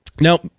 Now